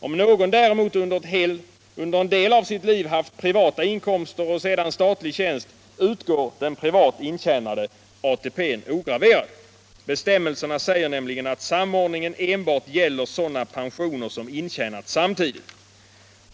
Om någon däremot under en del av sitt liv haft privata inkomster och sedan statlig tjänst, utgår privat intjänad ATP ograverad. Bestämmelserna säger nämligen att samordningen enbart gäller sådana pensioner som intjänats samtidigt.